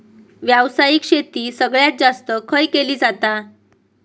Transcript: व्यावसायिक शेती सगळ्यात जास्त खय केली जाता?